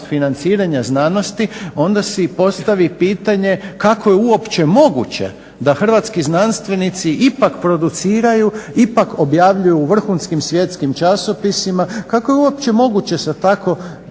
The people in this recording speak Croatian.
financiranja znanosti onda si postavi pitanje kako je uopće moguće da hrvatski znanstvenici ipak produciraju, ipak objavljuju u vrhunskim svjetskim časopisima. Kako je uopće moguće sa tako